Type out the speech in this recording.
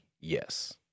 yes